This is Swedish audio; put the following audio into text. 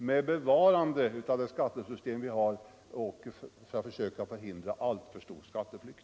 Med bevarande av det skattesystem vi har försöker vi förhindra alltför stor skatteflykt.